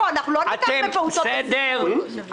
אנחנו לא ניקח מפעוטות בסיכון,